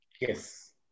Yes